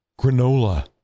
granola